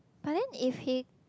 but then if he